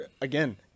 again